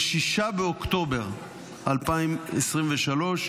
ב-6 באוקטובר 2023,